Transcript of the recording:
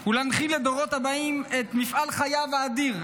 היא להנחיל לדורות הבאים את מפעל חייו האדיר,